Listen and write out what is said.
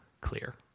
clear